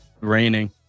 Raining